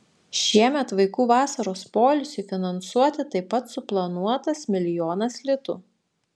šiemet vaikų vasaros poilsiui finansuoti taip pat suplanuotas milijonas litų